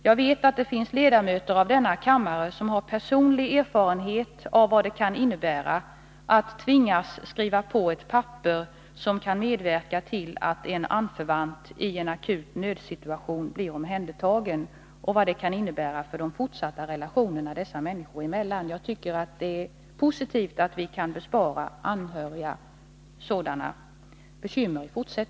Jag vet att det finns ledamöter i denna kammare som har personlig erfarenhet av hur det känns att tvingas skriva på ett papper som innebär att en anförvant i en akut nödsituation blir omhändertagen och vad följden kan bli för de fortsatta relationerna dessa människor emellan. Jag tycker att det är positivt att vi i fortsättningen kan bespara anhöriga sådana bekymmer.